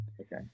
Okay